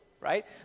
right